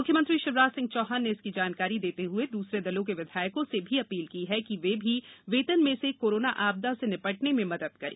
मुख्यमंत्री शिवराज सिंह चौहान ने इसकी जानकारी देते हुए दूसरे दलों के विधायकों से भी अपील की है कि वे भी वेतन में से कोरोना आपदा से निपटने में मदद करें